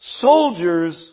soldiers